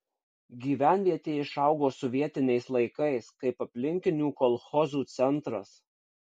gyvenvietė išaugo sovietiniais laikais kaip aplinkinių kolchozų centras